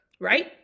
Right